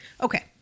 Okay